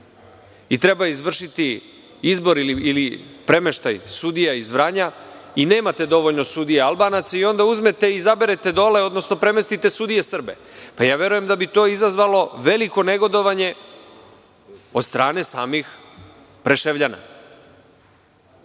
i treba izvršiti izbor ili premeštaj sudija iz Vranja i nemate dovoljno sudija Albanaca i onda izaberete dole, odnosno premestite sudije Srbe. Verujem da bi to izazvalo veliko negodovanje od strane samih Preševljana.